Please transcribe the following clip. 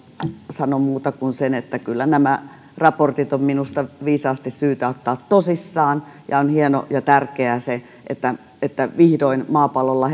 sano muuta kuin sen että kyllä nämä raportit on minusta viisasta ja syytä ottaa tosissaan ja on hienoa ja tärkeää se että että vihdoin maapallolla